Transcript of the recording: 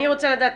אני רוצה לדעת,